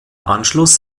anschluss